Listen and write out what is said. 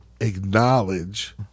acknowledge